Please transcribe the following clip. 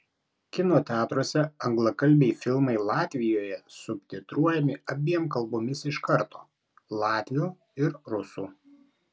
kino teatruose anglakalbiai filmai latvijoje subtitruojami abiem kalbomis iš karto latvių ir rusų